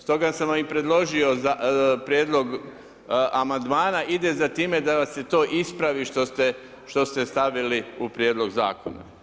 Stoga sam vam predložio prijedlog Amandman, ide za time da se to ispravi što ste stavili u prijedlog Zakona.